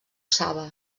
saba